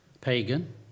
Pagan